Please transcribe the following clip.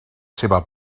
seva